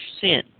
sin